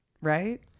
right